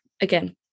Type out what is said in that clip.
again